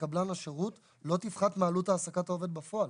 לקבלן השירות לא תפתח מעלות העסקת העובד בפועל".